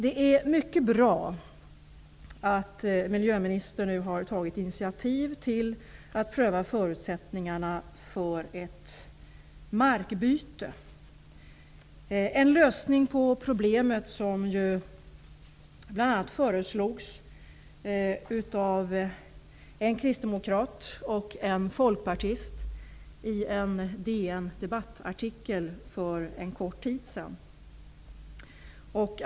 Det är mycket bra att miljöministern nu har tagit initiativ till att pröva förutsättningarna för ett markbyte. Det är en lösning på problemet som bl.a. föreslogs av en kristdemokrat och en folkpartist i en debattartikel i DN för en kort tid sedan.